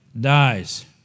dies